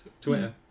Twitter